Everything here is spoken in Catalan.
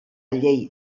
llei